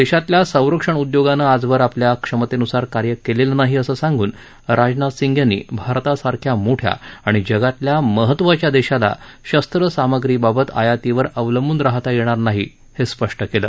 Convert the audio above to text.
देशातल्या सरंक्षण उद्योगाने आजवर आपल्या क्षमतेनुसार कार्य केलेलं नाही असं सांगून राजनाथ सिंग यांनी भारतासारख्या मोठ्या आणि जगातल्या महत्वाच्या देशाला शस्त्रसामग्रीबाबत आयातीवर अवलंबून रहाता येणार नाही हे स्पष्ट केलं